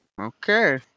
Okay